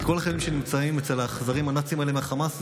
את כל החיילים שנמצאים אצל האכזריים הנאצים האלה מהחמאס.